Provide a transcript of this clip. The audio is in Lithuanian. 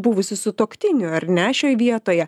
buvusių sutuoktinių ar ne šioj vietoje